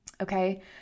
Okay